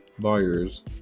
Buyers